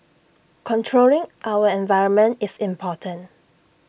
controlling our environment is important